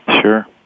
Sure